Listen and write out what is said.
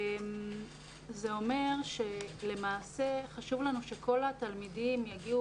זה אומר שלמעשה חשוב לנו שכל התלמידים יגיעו